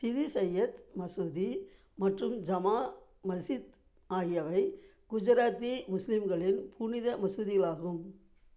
சிதி சையத் மசூதி மற்றும் ஜமா மஸ்ஜித் ஆகியவை குஜராத்தி முஸ்லீம்களின் புனித மசூதிகளாகும்